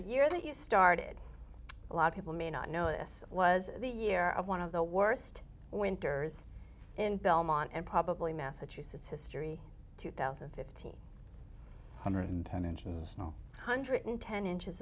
year that you started a lot of people may not know this was the year of one of the worst winters in belmont and probably massachusetts history two thousand and fifteen hundred and ten inches of snow hundred ten inches